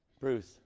Bruce